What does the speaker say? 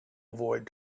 avoid